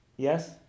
Yes